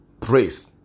praise